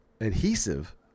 adhesive